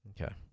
Okay